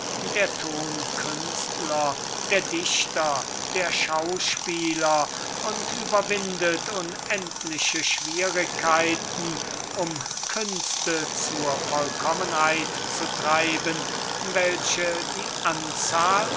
der tonkünstler der dichter der schauspieler und überwindet unendliche schwierigkeiten um künste zur vollkommenheit zu treiben welche die